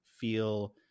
feel